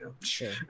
sure